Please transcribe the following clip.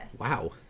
wow